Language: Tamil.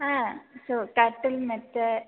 ஆ ஸோ கட்டில் மெத்தை